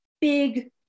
big